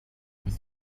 with